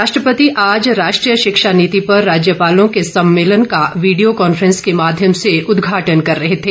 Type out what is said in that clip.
राष्ट्रपति आज राष्ट्रीय शिक्षा नीति पर राज्यपालों के सम्मेलन का वीडियो कांफ्रेंस के माध्यम से उदघाटन कर रहे थे